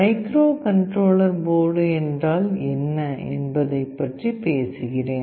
microcontroller board என்றால் என்ன என்பதைப் பற்றி பேசுகிறேன்